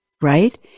Right